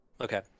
Okay